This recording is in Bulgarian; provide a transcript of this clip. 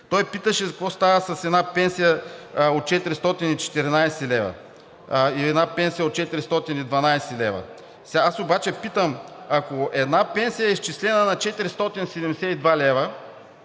Той питаше какво става с една пенсия от 414 лв. и една пенсия от 412 лв.? Аз обаче питам: ако една пенсия е изчислена на 472 лв.,